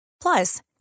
Plus